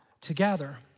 together